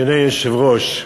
אדוני היושב-ראש,